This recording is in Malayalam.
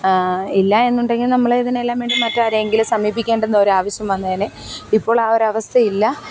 ഇല്ലായെന്നുണ്ടെങ്കിൽ നമ്മള് ഇതിനെല്ലാം വേണ്ടി മറ്റാരെയെങ്കിലും സമീപിക്കേണ്ടുന്ന ഒരാവശ്യം വന്നേനെ ഇപ്പോൾ ആ ഒരവസ്ഥ ഇല്ല